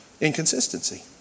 Inconsistency